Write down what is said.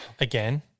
Again